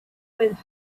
with